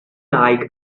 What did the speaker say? like